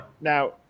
Now